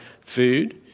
food